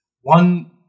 One